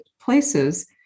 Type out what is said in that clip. places